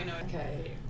Okay